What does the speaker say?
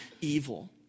evil